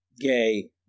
gay